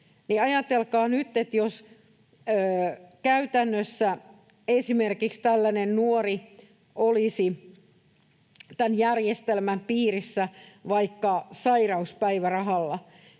ajatelkaa nyt, että jos käytännössä esimerkiksi tällainen nuori olisi tämän järjestelmän piirissä vaikka sairauspäivärahalla,